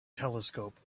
telescope